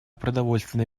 продовольственной